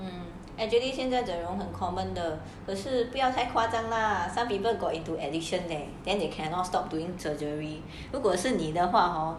actually 现在整容很 common 的可是不要太夸张 lah some people got into addiction there then you cannot stop doing surgery 如果是你的话 hor